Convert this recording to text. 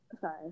Sorry